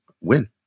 win